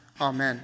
Amen